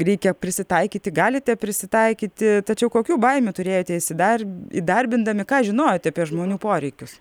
reikia prisitaikyti galite prisitaikyti tačiau kokių baimių turėjote įsidar įdarbindami ką žinojote apie žmonių poreikius